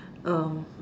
um